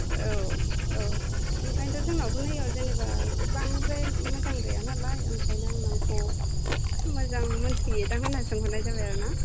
औ औ ओंखायनोथ' जोंनियावबो नैयावबो जेनेबा बांद्राय मोजां गैया नालाय ओंखायनो आं नोंखौ मोजां मोन्थियोदां होनना सोंहरनाय जाबाय आरो ना